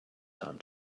time